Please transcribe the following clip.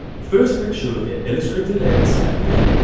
first, make sure the illustrator layer is selected,